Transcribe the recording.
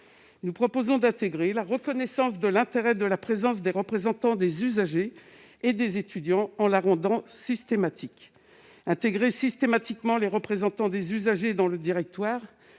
Nous proposons d'intégrer la reconnaissance de l'intérêt de la présence des représentants des usagers et des étudiants, en la rendant systématique. Intégrer systématiquement les représentants des usagers dans le directoire